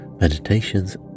meditations